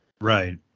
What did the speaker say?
Right